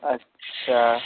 अच्छा